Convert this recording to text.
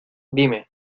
dime